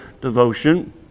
devotion